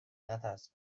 نترس